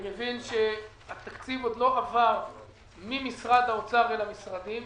אני מבין שהתקציב עוד לא עבר ממשרד האוצר למשרדים.